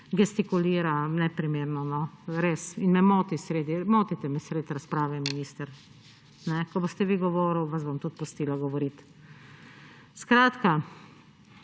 gestikulira. Neprimerno, no, res! Motite me sredi razprave, minister. Ko boste vi govorili, vam bom tudi pustila govoriti. Skratka,